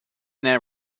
their